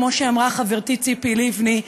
כמו שאמרה חברתי ציפי לבני,